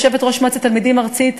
יושבת-ראש מועצת התלמידים הארצית.